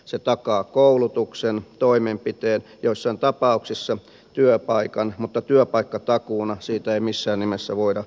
se takaa koulutuksen toimenpiteen joissain tapauksissa työpaikan mutta työpaikkatakuuna siitä ei missään nimessä voida puhua